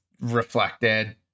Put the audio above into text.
reflected